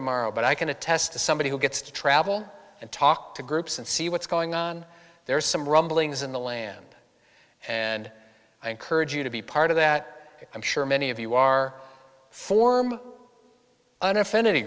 tomorrow but i can attest to somebody who gets to travel and talk to groups and see what's going on there are some rumblings in the land and i encourage you to be part of that i'm sure many of you are form an affinity